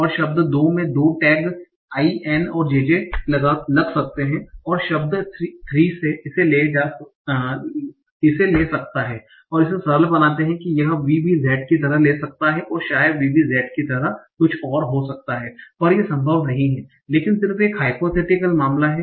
और शब्द 2 में दो टैग IN और JJ लग सकते हैं और शब्द 3 इसे ले सकता हैं इसे सरल बनाते है कि यह VBZ की तरह ले सकता है और शायद VBG की तरह कुछ और हो सकता है पर वे संभव नहीं हैं लेकिन सिर्फ एक हाइपोथेटिकल मामला है